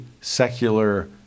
secular